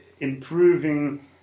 improving